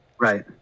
right